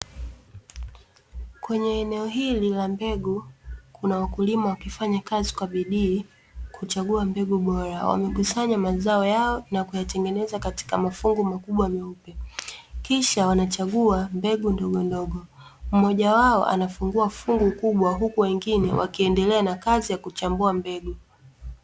Kwenye eneo hili la mbegu kuna wakulima wakifanya kazi kwa bidii, kuchagua mbegu bora. Wamekusanya mazao yao, na kuyatengeneza katika mafungu makubwa meupe. Kisha wanachagua mbegu ndogo ndogo. Mmoja wao anafungua fungu kubwa, huku wengine wakiendelea na kazi ya kuchambua mbegu.